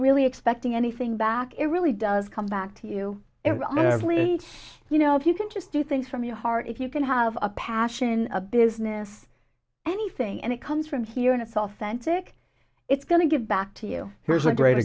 really expecting anything back it really does come back to you and i never really you know if you can just do things from your heart if you can have a passion a business anything and it comes from here and it's all centric it's going to give back to you here's a great